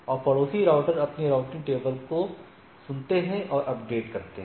और पड़ोसी राउटर अपनी राउटिंग टेबल को सुनते हैं और अपडेट करते हैं